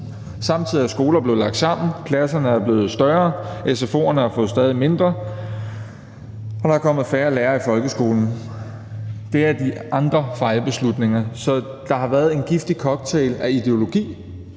Samtidig er skoler blevet lagt sammen, klasserne er blevet større, sfo'erne har fået stadig færre midler, og der er kommet færre lærere i folkeskolen. Det er de andre fejlbeslutninger. Så der har været en giftig cocktail af ideologi